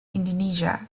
indonesia